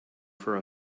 for